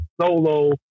solo